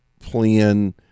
plan